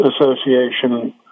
Association